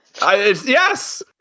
Yes